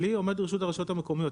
כלי עומד לרשות הרשויות המקומיות.